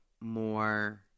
more